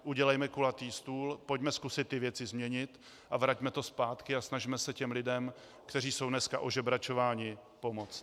Udělejme kulatý stůl, pojďme zkusit ty věci změnit a vraťme to zpátky a snažme se těm lidem, kteří jsou dneska ožebračováni, pomoct.